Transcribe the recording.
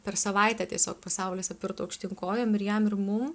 per savaitę tiesiog pasaulis apvirto aukštyn kojom ir jam ir mum